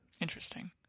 Interesting